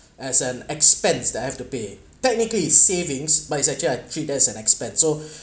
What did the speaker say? as an expense that have to pay technical is savings but it's actually I treat that as an expense so